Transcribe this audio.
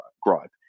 gripe